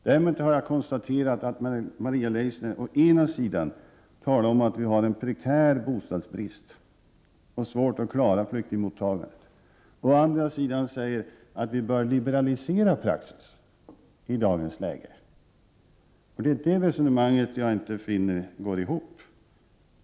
Däremot har jag konstaterat att Maria Leissner å ena sidan säger att vi har en prekär bostadsbrist och svårt att klara flyktingmottagandet, och å andra sidan säger att vi i dagens läge bör liberalisera praxis. Det resonemanget får jag inte att gå ihop.